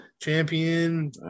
champion